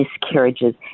miscarriages